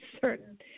certain